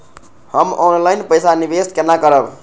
हम ऑनलाइन पैसा निवेश केना करब?